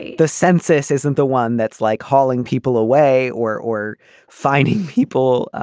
the census isn't the one that's like hauling people away or or finding people